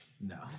no